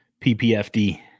PPFD